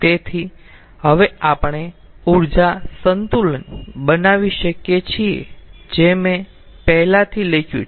તેથી હવે આપણે ઊર્જા સંતુલન બનાવી શકીએ છીએ જે મેં પહેલાંથી લખ્યું છે